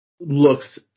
looks